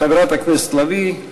חברת הכנסת לביא,